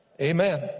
Amen